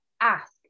ask